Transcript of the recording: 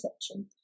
section